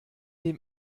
dem